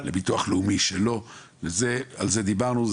לביטוח לאומי יש מספר מזהה משלו ועל זה דיברנו,